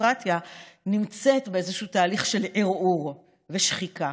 שהדמוקרטיה נמצאת באיזשהו תהליך של ערעור ושחיקה?